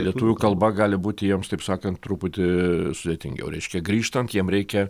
lietuvių kalba gali būti jiems taip sakant truputį sudėtingiau reiškia grįžtant jiem reikia